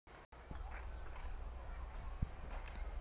ನನ್ನ ಆಧಾರ್ ಕಾರ್ಡ್ ಮತ್ತ ಪೋನ್ ನಂಬರಗಳು ಎರಡು ಒಂದೆ ಇರಬೇಕಿನ್ರಿ?